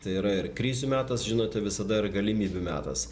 tai yra ir krizių metas žinote visada ir galimybių metas